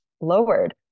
lowered